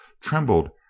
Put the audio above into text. trembled